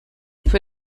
für